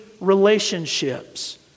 relationships